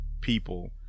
people